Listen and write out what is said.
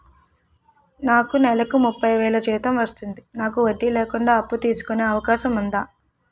నాకు నేలకు ముప్పై వేలు జీతం వస్తుంది నాకు వడ్డీ లేకుండా అప్పు తీసుకునే అవకాశం ఉందా